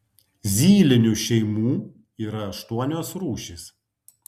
zylinių šeimų yra aštuonios rūšys